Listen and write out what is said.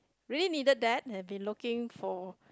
really needed that and been looking for